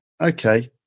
okay